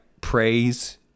praise